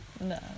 No